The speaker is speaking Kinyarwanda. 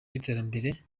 n’iterambere